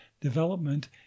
development